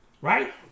Right